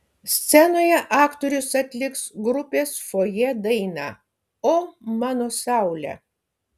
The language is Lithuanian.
scenoje aktorius atliks grupės fojė dainą o mano saule